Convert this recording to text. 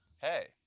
hey